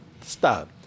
Stop